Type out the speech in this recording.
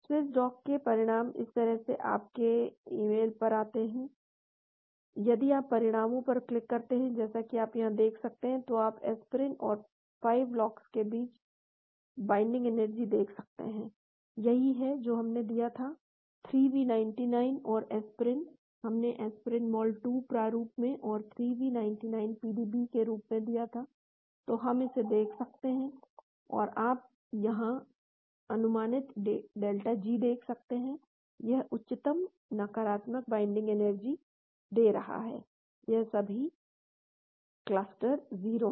Swiss dock के परिणाम इस तरह से आपके ईमेल पर आते हैं यदि आप परिणामों पर क्लिक करते हैं जैसा कि आप यहां देख सकते हैं तो आप एस्पिरिन और 5 लॉक्स के बीच बाइन्डिंग एनर्जी देख सकते हैं यही है जो हमने दिया था 3v99 और एस्पिरिन हमने एस्पिरिन mol 2 प्रारूप में और 3v99 PDB के रूप में दिया था तो हम इसे देख सकते हैं और यहाँ आप अनुमानित डेल्टा G देख सकते हैं यह उच्चतम नकारात्मक बाइन्डिंग एनर्जी दे रहा है यह सभी क्लस्टर 0 है